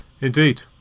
Indeed